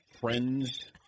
friends